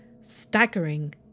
staggering